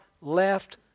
left